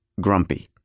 grumpy